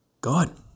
God